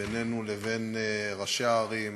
בינינו לבין ראשי הערים,